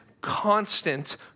constant